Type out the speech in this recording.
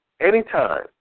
Anytime